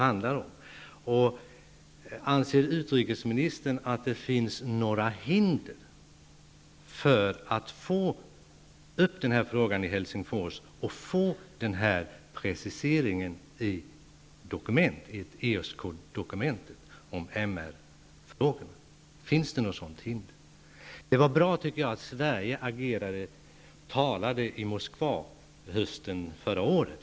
Anser utrikesministern att det finns några hinder för att få upp denna fråga i Helsingfors och få denna precisering av MR-frågorna i ESK-dokumentet? Jag tycker att det var bra att Sverige agerade i Moskva förra hösten.